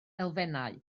elfennau